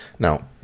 Now